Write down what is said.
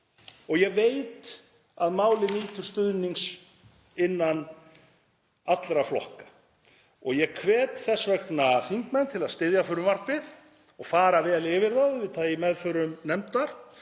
Ég veit að málið nýtur stuðnings innan allra flokka og ég hvet þess vegna þingmenn til að styðja frumvarpið og fara vel yfir það auðvitað í meðförum nefndar.